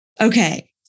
okay